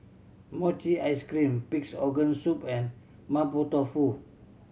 mochi ice cream Pig's Organ Soup and Mapo Tofu